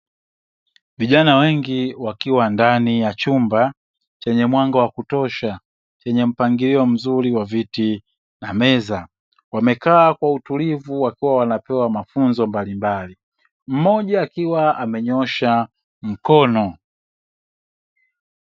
Vijana wengi wakiwa ndani ya chumba chenye mwanga wa kutosha, chenye mpangilio mzuri wa viti na meza. Wamekaa kwa utulivu wakiwa wanapewa mafunzo mbalimbali, mmoja akiwa amenyosha mkono.